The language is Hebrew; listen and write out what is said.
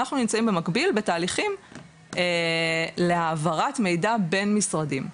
בתהליכים להעברת מידע בין משרדים.